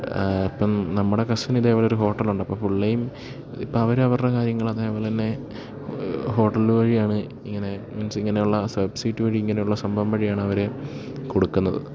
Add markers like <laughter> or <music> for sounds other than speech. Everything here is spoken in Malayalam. ഇപ്പം നമ്മുടെ കസിന് ഇതേപോലെ ഒരു ഹോട്ടലുണ്ട് അപ്പോള് പുള്ളിയും ഇപ്പോള് അവരവരുടെ കാര്യങ്ങള് അതേപോലെത്തന്നെ ഹോട്ടല് വഴിയാണ് ഇങ്ങനെ മീൻസ് ഇങ്ങനെയുള്ള <unintelligible> വഴി ഇങ്ങനെയുള്ള സംഭവം വഴിയാണ് അവര് കൊടുക്കുന്നത്